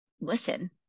listen